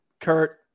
Kurt